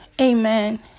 amen